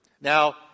Now